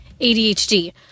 ADHD